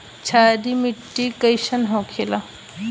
क्षारीय मिट्टी कइसन होखेला?